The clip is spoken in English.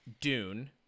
Dune